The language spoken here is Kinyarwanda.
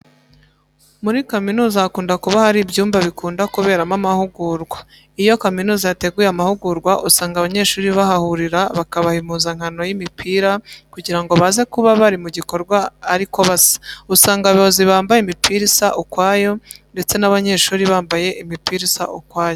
Muri kaminuza hakunda kuba hari ibyumba bikunda kuberamo amahurwa. Iyo kaminuza yateguye amahugurwa usanga abanyeshuri bahahurira bakabaha impuzankano y'imipira kugira ngo baze kuba bari mu gikorwa ariko basa. Usanga abayobozi bambaye imipira isa ukwayo ndetse n'abanyeshuri bambaye imipira isa ukwayo.